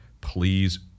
please